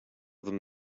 them